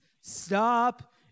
stop